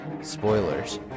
Spoilers